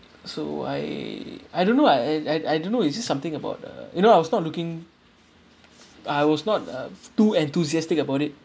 so I I don't know I I I I don't know is this something about the you know I was not looking I was not uh too enthusiastic about it